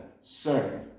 serve